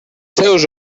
seus